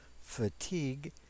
fatigue